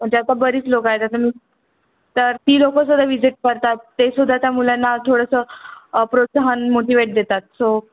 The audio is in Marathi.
म्हणजे आता बरीच लोकं आहेत तर ती लोकंसुद्धा विजिट करतात तेसुद्धा त्या मुलांना थोडंसं प्रोत्साहन मोटिवेट देतात सो